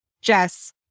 Jess